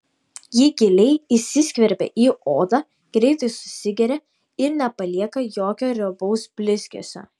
ji giliai įsiskverbia į odą greitai susigeria ir nepalieka jokio riebaus blizgesio